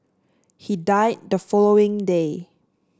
he died the following day